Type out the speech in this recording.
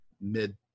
mid